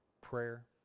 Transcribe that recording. prayer